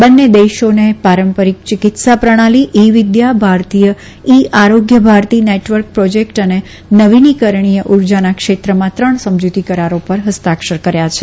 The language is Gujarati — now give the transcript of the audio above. બંને દેશોને પારંપરિક ચિકિત્સા પ્રણાલી e Vidya Bharatiya e Arogya Bharati network project અને નવીનીકરણીય ઉર્જાના ક્ષેત્રમાં ત્રણ સમજુતી કરારો પર હસ્તાક્ષર કર્યા છે